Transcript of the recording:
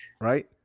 right